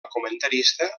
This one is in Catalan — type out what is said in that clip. comentarista